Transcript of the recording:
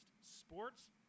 sports